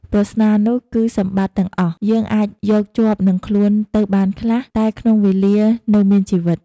ប្រស្នានុះគឺសម្បត្តិទាំងអស់ យើងអាចយកជាប់នឹងខ្លួនទៅបានខ្លះ តែក្នុងវេលានៅមានជីវិត។